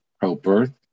pro-birth